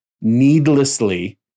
needlessly